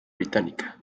británica